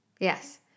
Yes